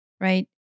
right